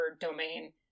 domain